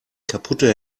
kaputte